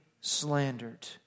slandered